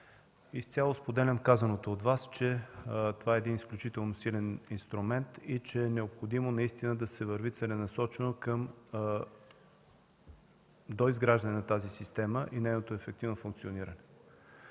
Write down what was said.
Изцяло споделям казаното от Вас, че това е един изключително силен инструмент и че е необходимо наистина да се върви целенасочено към доизграждане на тази система и нейното ефективно функциониране.